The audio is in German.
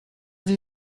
sie